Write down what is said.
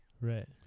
Right